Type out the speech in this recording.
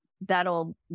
that'll